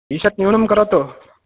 ईषत् न्यूनं करोतु